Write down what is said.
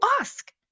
ask